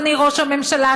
אדוני ראש הממשלה,